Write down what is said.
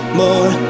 more